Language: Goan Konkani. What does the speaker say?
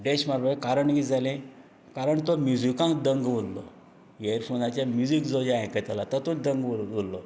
डॅश मारपाचें कारण कितें जालें कारण तो म्युजिकांत दंग उरलो इयरफोनाचे म्युजीक जो जें आयकतालो तातूंन दंग उ उरलो